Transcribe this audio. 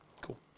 Cool